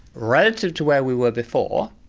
relative to where we were before,